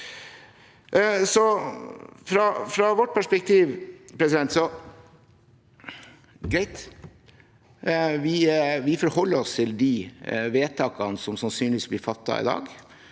Fra vårt perspektiv er det greit, vi forholder oss til de vedtakene som sannsynligvis blir fattet i dag.